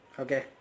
Okay